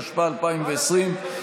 התשפ"א 2020,